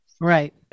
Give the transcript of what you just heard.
right